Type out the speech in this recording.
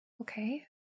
Okay